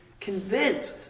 convinced